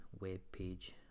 webpage